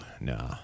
Nah